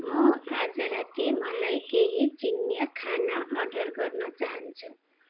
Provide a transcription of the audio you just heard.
म आज राति मलाई केही चिनियाँ खाना अर्डर गर्न चाहन्छु